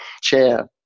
Chair